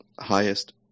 highest